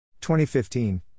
2015